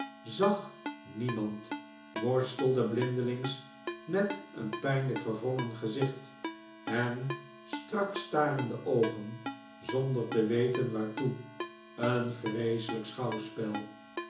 zag niemand worstelde blindelings met een pijnlijk verwrongen gezicht en strak starende oogen zonder te weten waartoe een vreeselijk schouwspel